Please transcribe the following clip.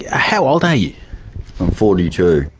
ah how old are you? i'm forty two.